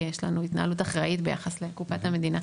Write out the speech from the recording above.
יש לנו התנהלות אחראית ביחס לקופת המדינה,